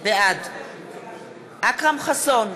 בעד אכרם חסון,